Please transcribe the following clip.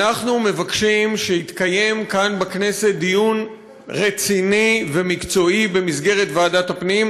אנחנו מבקשים שיתקיים כאן בכנסת דיון רציני ומקצועי במסגרת ועדת הפנים,